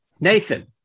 Nathan